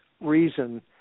reason